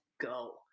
go